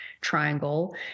Triangle